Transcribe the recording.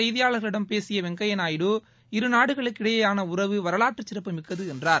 செய்தியாளர்களிடம் பேசிய வெங்கய்யா நாயுடு பின்னர் இருநாடுகளுக்கிடையேயான உறவு வரலாற்றுச்சிறப்புமிக்கது என்றார்